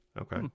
Okay